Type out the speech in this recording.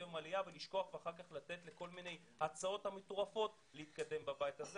יום העלייה ולשכוח ואחר כך לתת לכל מיני הצעות מטורפות להתקדם בבית הזה.